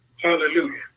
Hallelujah